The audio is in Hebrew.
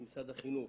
משרד החינוך